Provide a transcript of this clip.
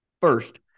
First